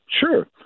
Sure